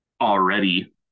already